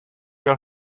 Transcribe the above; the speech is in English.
your